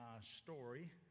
story